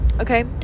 okay